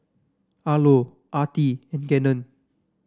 Arlo Artie and Gannon